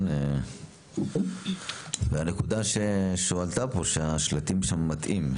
עלתה פה נקודה שהשלטים שם הם מטעים,